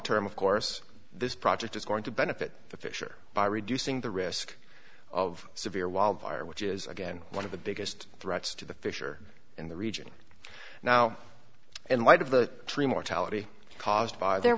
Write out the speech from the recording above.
term of course this project is going to benefit the fish or by reducing the risk of severe wildfire which is again one of the biggest threats to the fish are in the region now in light of the tree mortality caused